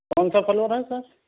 کون سا فلور ہے سر